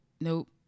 nope